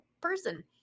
person